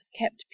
kept